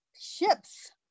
ships